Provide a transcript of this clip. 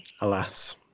Alas